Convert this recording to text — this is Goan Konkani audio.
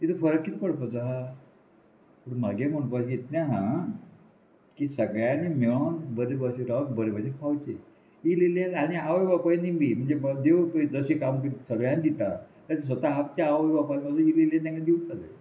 तितू फरक कित पडपाचो आहा पूण म्हागे म्हणपाक येतलें हा की सगळ्यांनी मेळोन बरें बशेन रावप बरें बशेन खावचें इल्ली इल्ली इल्ली इल्ली इल्ले आनी आवय बापायनी बी म्हणजे देव पय जशें काम कर सगळ्यान दिता स्वता आपच्या आवय बापायन इल्ली तेंका दिवपाले